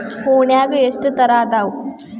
ಹೂನ್ಯಾಗ ಎಷ್ಟ ತರಾ ಅದಾವ್?